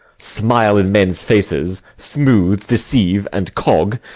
smile in men's faces, smooth, deceive, and cog,